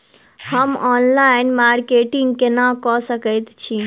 हम online marketing केना कऽ सकैत छी?